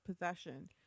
possession